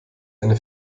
eine